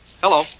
hello